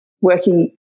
working